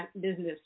business